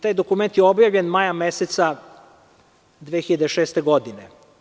Taj dokument je objavljen maja meseca 2006. godine.